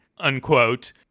unquote